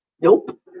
Nope